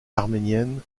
arménienne